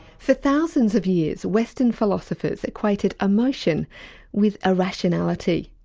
for thousands of years western philosophers equated emotion with irrationality.